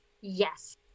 Yes